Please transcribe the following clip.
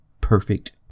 perfect